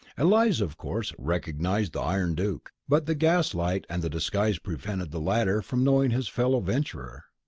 eliza, of course, recognized the iron duke, but the gas-light and the disguise prevented the latter from knowing his fellow venturer.